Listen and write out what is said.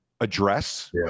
address